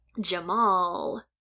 Jamal